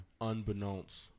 unbeknownst